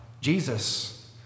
Jesus